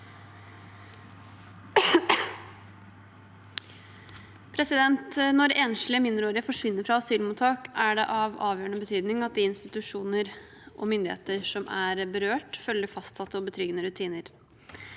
Når enslige mind- reårige forsvinner fra asylmottak, er det av avgjørende betydning at de institusjoner og myndigheter som er berørt, følger fastsatte og betryggende rutiner.